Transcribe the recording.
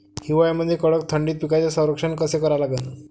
हिवाळ्यामंदी कडक थंडीत पिकाचे संरक्षण कसे करा लागन?